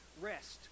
rest